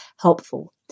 helpful